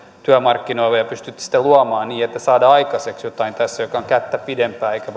työmarkkinoille ja pystytte sitä luomaan niin että saadaan tässä aikaiseksi jotain joka on kättä pidempää eikä